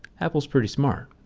apple's pretty smart,